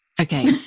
Okay